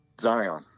Zion